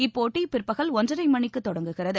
இப்போட்டி பிற்பகல் ஒன்றரை மணிக்கு தொடங்குகிறது